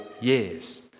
years